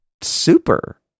super